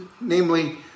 namely